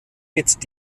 mit